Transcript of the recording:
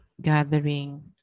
gathering